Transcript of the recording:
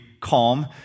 calm